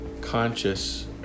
conscious